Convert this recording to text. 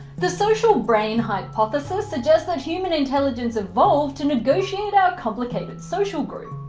the social brain hypothesis suggests that human intelligence evolved to negotiate our complicated social groups.